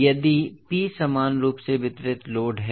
यदि P समान रूप से वितरित लोड है